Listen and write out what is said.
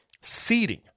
seeding